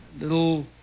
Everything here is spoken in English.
little